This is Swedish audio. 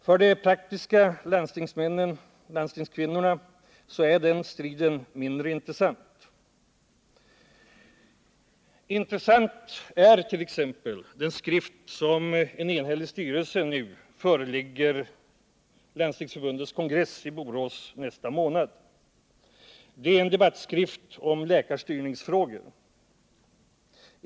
För de praktiska landstingsmännen och landstingskvinnorna är den striden mindre intressant. Intressant är däremot t.ex. den skrift som en enhällig styrelse nästa månad förelägger Landstingsförbundets kongress i Borås. Det är en debattskrift om läkarstyrningsfrågor.